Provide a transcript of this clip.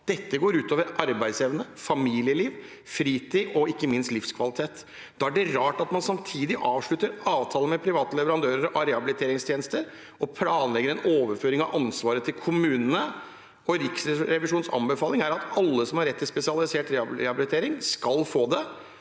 Dette går ut over arbeidsevne, familieliv, fritid og ikke minst livskvalitet. Da er det rart at man samtidig avslutter avtaler med private leverandører av rehabiliteringstjenester og planlegger en overføring av ansvaret til kommunene. Riksrevisjonens anbefaling er at alle som har rett til spesialisert rehabilitering, skal få det.